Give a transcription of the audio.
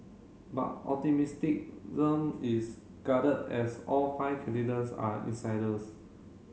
but is guarded as all five are insiders